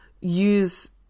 use